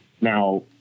now